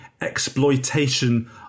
exploitation